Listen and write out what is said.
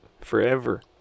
Forever